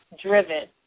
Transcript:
driven